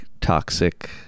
toxic